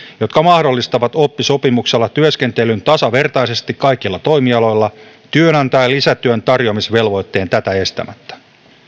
jotka mahdollistavat oppisopimuksella työskentelyn tasavertaisesti kaikilla toimialoilla työnantajan lisätyön tarjoamisvelvoitteen tätä estämättä